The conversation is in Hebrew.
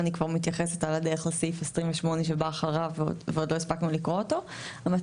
אני כבר מתייחסת לסעיף (28) בשינוי המחויבים,